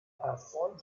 erfolg